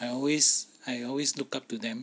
I always I always look up to them